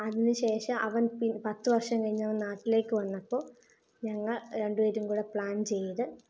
അതിനു ശേഷം അവൻ പത്തു വർഷം കഴിഞ്ഞ് അവൻ നാട്ടിലേക്ക് വന്നപ്പോൾ ഞങ്ങൾ രണ്ടു പേരും കൂടെ പ്ലാൻ ചെയ്ത്